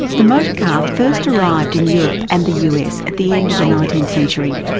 the motor car first arrived in europe and the us at the end of the nineteenth century.